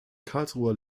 karlsruher